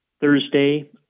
Thursday